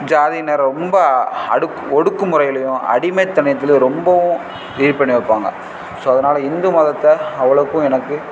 ஜாதியினர் ரொம்ப அடுக் ஒடுக்கு முறையிலயும் அடிமைத்தனத்துலயும் ரொம்பவும் ஃபீல் பண்ணி வைப்பாங்க ஸோ அதனால் இந்து மதத்த அவ்வளோக்கும் எனக்கு